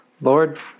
Lord